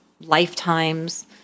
lifetimes